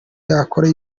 yakora